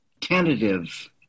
tentative